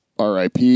RIP